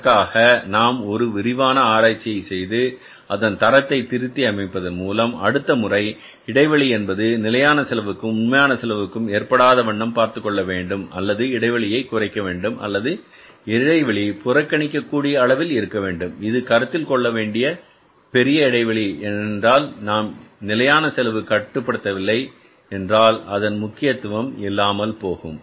இதற்காக நாம் ஒரு விரிவான ஆராய்ச்சியை செய்து அதன் தரத்தை திருத்தி அமைப்பதன் மூலம் அடுத்த முறை இடைவெளி என்பது நிலையான செலவுக்கும் உண்மையான செலவுக்கும் ஏற்படாத வண்ணம் பார்த்துக்கொள்ள வேண்டும் அல்லது இடைவெளியை குறைக்க வேண்டும் அல்லது இடைவெளி புறக்கணிக்க கூடிய அளவில் இருக்க வேண்டும் இது கருத்தில் கொள்ளவேண்டிய பெரிய இடைவெளி ஏனென்றால் நாம் நிலையான செலவை கட்டுப்படுத்தவில்லை என்றால் அதன் முக்கியத்துவம் இல்லாமல் போகும்